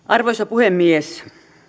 arvoisa puhemies